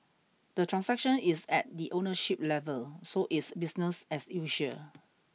the transaction is at the ownership level so it's business as usual